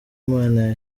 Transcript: imana